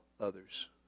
others